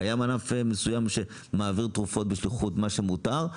קיים ענף מסוים שמעביר תרופות בשליחויות לפי מה שמותר?